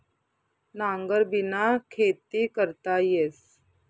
नांगरबिना खेती करता येस